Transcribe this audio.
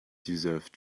deserve